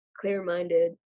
clear-minded